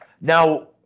Now